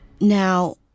Now